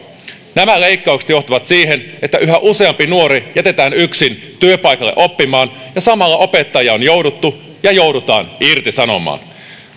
nämä leikkaukset johtavat siihen että yhä useampi nuori jätetään yksin työpaikalle oppimaan ja samalla opettajia on jouduttu ja joudutaan irtisanomaan